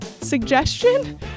suggestion